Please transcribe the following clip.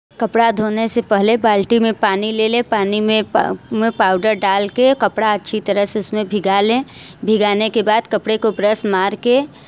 कपड़ा धोने से पहले बाल्टी में पानी ले लें पानी में में पाउडर डाल कर कपड़ा अच्छी तरह से इसमें भिगा लें भिगाने के बाद कपड़े को प्रेस मार कर